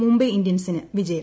മുംബൈ ഇന്ത്യൻസിന് വിജയം